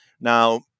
Now